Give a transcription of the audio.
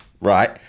right